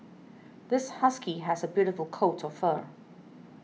this husky has a beautiful coat of fur